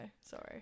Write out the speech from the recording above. Sorry